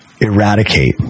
eradicate